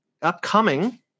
upcoming